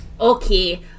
Okay